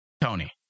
Tony